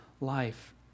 life